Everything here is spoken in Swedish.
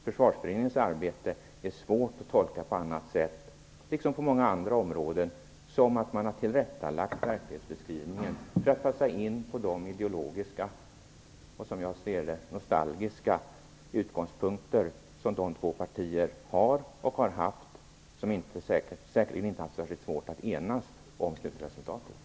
Försvarsberedningens arbete är svårt att tolka på annat sätt, liksom på många andra områden, än att man har tillrättalagt verklighetsbeskrivningen för att den skall passa in på de ideologiska - och som jag ser det nostalgiska - utgångspunkter som de två partier har och har haft som säkerligen inte har haft särskilt svårt att enas om slutresultatet.